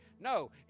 No